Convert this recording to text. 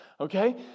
Okay